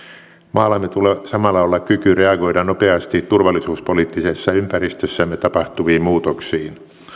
maallamme tulee samalla olla kyky reagoida nopeasti turvallisuuspoliittisessa ympäristössämme tapahtuviin muutoksiin